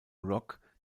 rock